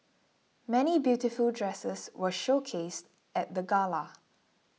many beautiful dresses were showcased at the gala